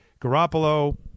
Garoppolo